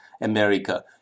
America